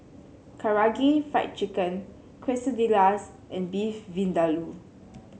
Karaage Fried Chicken Quesadillas and Beef Vindaloo